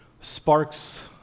sparks